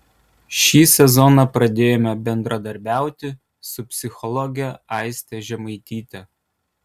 šį sezoną pradėjome bendradarbiauti su psichologe aiste žemaityte